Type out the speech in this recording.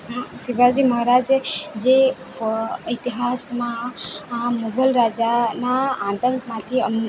શિવાજી મહારાજે જે ઈતિહાસમાં આ મુગલ રાજાના આતંકમાંથી